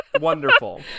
Wonderful